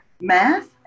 math